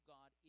God